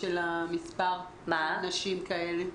מה מספר הנשים האלה?